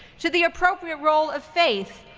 to the appropriate role of faith,